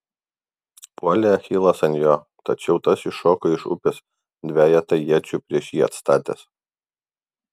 puolė achilas ant jo tačiau tas iššoko iš upės dvejetą iečių prieš jį atstatęs